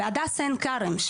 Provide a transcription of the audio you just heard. ובהדסה עין כרם,